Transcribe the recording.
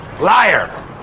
Liar